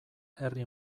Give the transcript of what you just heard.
herri